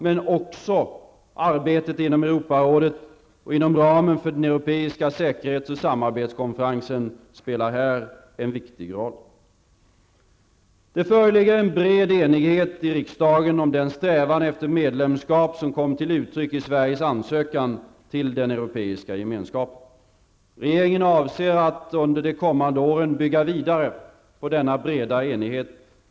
Men också arbetet inom Europarådet och inom ramen för den europeiska säkerhets och samarbetskonferensen spelar här en viktig roll. Det föreligger en bred enighet i riksdagen om den strävan efter medlemskap som kom till uttryck i Sverigens ansökan till den europeiska gemenskapen. Regeringen avser att under de kommande åren bygga vidare på denna breda enighet.